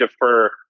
defer